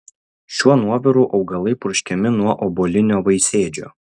šiuo nuoviru augalai purškiami nuo obuolinio vaisėdžio